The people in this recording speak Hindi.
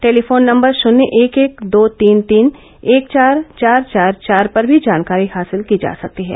टेलीफोन नम्बर शुन्य एक एक दो तीन तीन एक चार चार चार चार पर भी जानकरी हासिल की जा सकती है